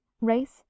race